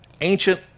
ancient